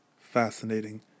fascinating